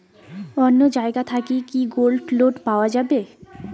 অন্য জায়গা থাকি কি গোল্ড লোন পাওয়া যাবে?